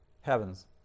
heavens